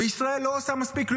וישראל לא עושה מספיק,